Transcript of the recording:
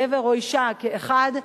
גבר ואשה כאחד,